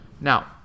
Now